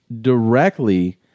directly